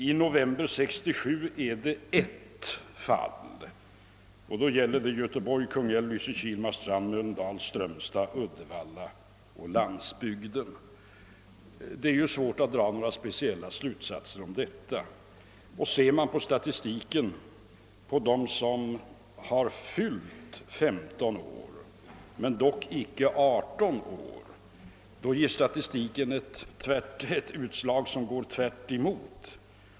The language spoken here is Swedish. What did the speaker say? I november 1967 noterade man ett fall, och då gäller dock statistiken Göteborg, Kungälv, Lysekil, Marstrand, Mölndal, Strömstad, Uddevalla och landsbygden. Det är svårt att dra några speciella slutsatser av detta. Ser vi på statistiken beträffande dem som fyllt 15 år men icke 18, visar denna ett utslag som går tvärt emot.